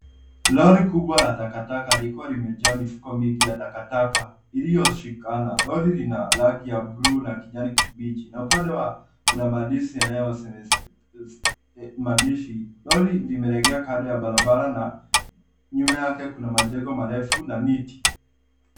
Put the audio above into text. Lori kubwa la takataka likiwa limejaa mifuko mingi ya takataka, ilioshikana. Lori ina rangi ya blue , na kijani kibichi, na upande wa, kuna maandishi yanayoseme, maandishi. Lori limelegea kando ya barabara na nyuma yake kuna majengo marefu na miti.